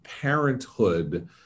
parenthood